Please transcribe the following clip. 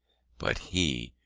but he,